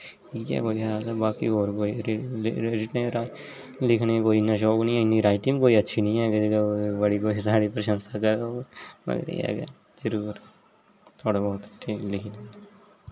इयै बोलेआ है ते बाकी होर कोई लिखने दा कोई इन्ना शौंक निं ऐ इन्नी राइटिंग कोई अच्छी निं ऐ इन्ना निं ऐ कोई साढ़ी कोई प्रशंशा करोग पर एह् ऐ के जरूर थोह्ड़ा बोह्त ठीक ऐ लिखी नां